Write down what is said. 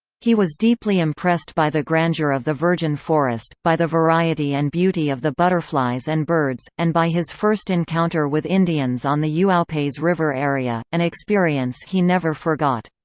he was deeply impressed by the grandeur of the virgin forest, by the variety and beauty of the butterflies and birds, and by his first encounter with indians on the uaupes river area, an experience he never forgot.